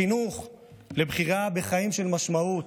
חינוך לבחירה בחיים של משמעות,